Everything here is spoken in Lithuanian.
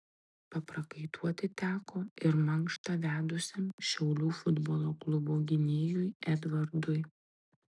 paprakaituoti teko ir mankštą vedusiam šiaulių futbolo klubo gynėjui edvardui